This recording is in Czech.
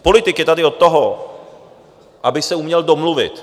Politik je tady od toho, aby se uměl domluvit.